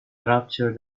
rupture